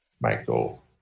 Michael